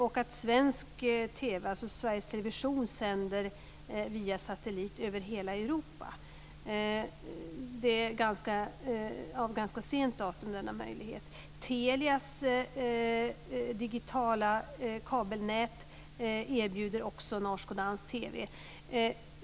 Och svensk TV, alltså Sveriges Television, sänder via satellit över hela Europa. Denna möjlighet är av ganska sent datum. Telias digitala kabelnät erbjuder också norsk och dansk TV.